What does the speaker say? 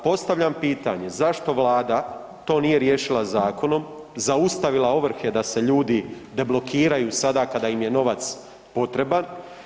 Postavljam pitanje, zašto vlada to nije riješila zakonom, zaustavila ovrhe da se ljudi deblokiraju sada kada im je novac potreban?